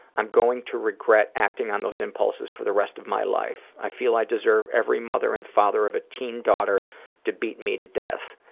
i'm going to regret acting on those impulses for the rest of my life. i feel i deserve every mother and father of a teen daughter to beat me to death.